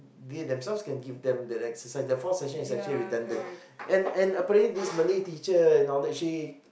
they themselves the exercise this fourth session is actually redundant and and apparently this Malay teacher she